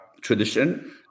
tradition